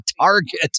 target